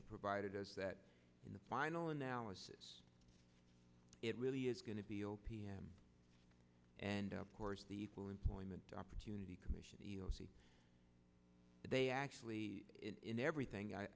you provided us that in the final analysis it really is going to be zero p m and of course the equal employment opportunity commission they actually in everything